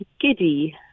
giddy